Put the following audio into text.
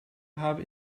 habe